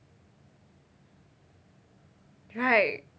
right